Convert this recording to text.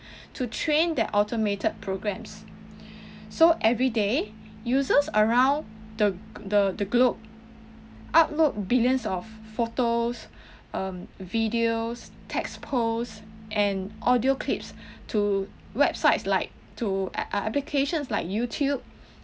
to train that automated programs so every day users around the the the globe outlook billions of photos um videos text posts and audio clips to websites like to a~ app~ applications like youtube